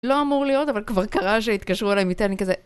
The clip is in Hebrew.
לא אמור להיות, אבל כבר קרה שהתקשרו אליי, אמיתי, אני כזה...